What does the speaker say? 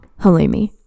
halloumi